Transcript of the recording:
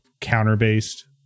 counter-based